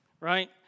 right